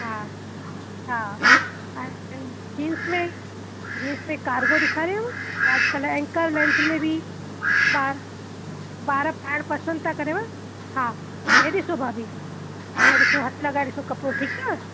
हा हा ऐं जींस में जींस में कारगो ॾेखारियांव ऐं अॼुकल्ह एंकल लैंथ में बि ॿार ॿार पाइण पसंदि त करेव हा इहो ॾिसो भाभी इहो ॾिसो हथु लॻाए ॾिसो कपिड़ो ठीकु अथव